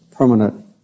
Permanent